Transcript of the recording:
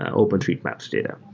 ah open street maps data.